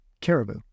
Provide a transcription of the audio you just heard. caribou